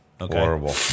horrible